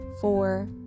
four